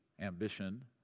ambition